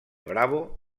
bravo